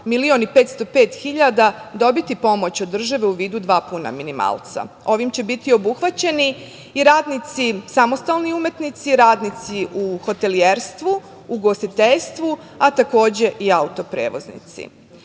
1.505.000 dobiti pomoć od države u vidu dva puna minimalca. Ovim će biti obuhvaćeni i radnici samostalni umetnici, radnici u hotelijerstvu, ugostiteljstvu, a takođe i autoprevoznici. Naši